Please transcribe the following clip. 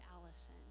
Allison